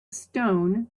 stone